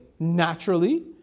Naturally